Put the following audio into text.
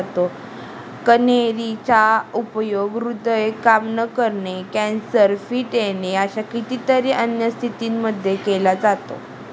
कन्हेरी चा उपयोग हृदय काम न करणे, कॅन्सर, फिट येणे अशा कितीतरी अन्य स्थितींमध्ये केला जातो